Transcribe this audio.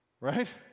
Right